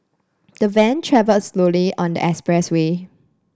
the van travelled slowly on the expressway